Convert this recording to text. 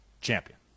champion